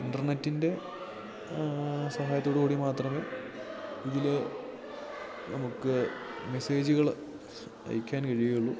ഇൻ്റർനെറ്റിൻ്റെ സഹായത്തോടുകൂടി മാത്രമേ ഇതിൽ നമുക്ക് മെസ്സേജുകൾ അയക്കാൻ കഴിയുകയുള്ളൂ